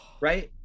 right